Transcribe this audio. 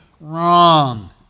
wrong